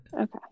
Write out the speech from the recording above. Okay